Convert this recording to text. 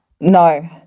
No